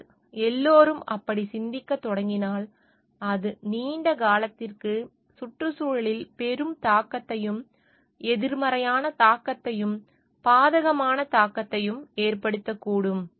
ஆனால் எல்லோரும் அப்படிச் சிந்திக்கத் தொடங்கினால் அது நீண்ட காலத்திற்கு சுற்றுச்சூழலில் பெரும் தாக்கத்தையும் எதிர்மறையான தாக்கத்தையும் பாதகமான தாக்கத்தையும் ஏற்படுத்தக்கூடும்